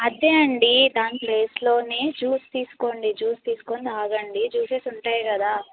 అదే ఆండీ దాని ప్లేస్ లోనే జూస్ తీసుకోండి జూస్ తీసుకొని తాగండి జూసెస్ ఉంటాయి కదా